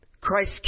Christ